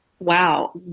wow